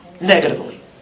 negatively